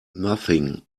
nothing